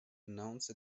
announce